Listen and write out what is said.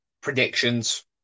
predictions